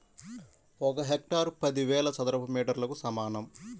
ఒక హెక్టారు పదివేల చదరపు మీటర్లకు సమానం